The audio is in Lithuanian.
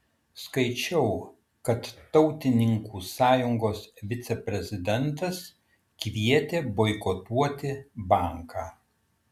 skaičiau kad tautininkų sąjungos viceprezidentas kvietė boikotuoti banką